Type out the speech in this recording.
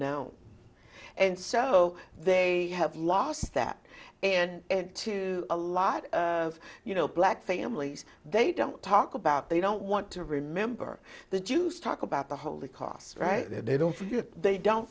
now and so they have lost that and to a lot of you know black families they don't talk about they don't want to remember the jews talk about the holocaust right they don't they don't